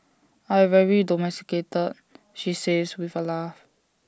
I very domesticated she says with A laugh